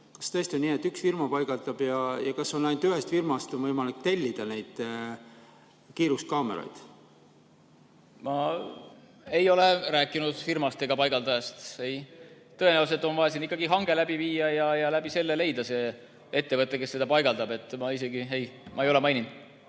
Kas tõesti on nii, et üks firma paigaldab, ja kas ainult ühest firmast on võimalik tellida neid kiiruskaameraid? Ma ei ole rääkinud firmast ega paigaldajast. Tõenäoliselt on vaja ikkagi hange läbi viia ja leida ettevõte, kes selle paigaldab. Ma isegi ei ole maininud